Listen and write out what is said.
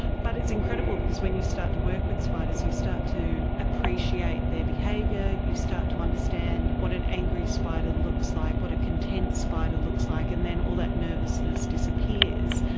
but it's incredible because when you start to work with spiders you start to appreciate their behaviour, you start to understand what an angry spider looks like, what a content spider looks like, and then all that nervousness disappears.